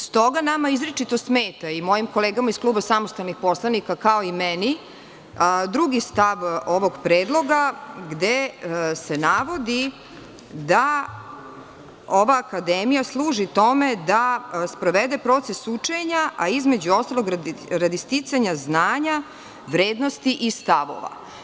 Stoga, nama izričito smeta i mojim kolegama iz kluba samostalnih poslanika, kao i meni, drugi stav ovog predloga, gde se navodi da ova akademija služi tome da sprovede proces učenja, a između ostalog, radi sticanja znanja, vrednosti i stavova.